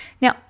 Now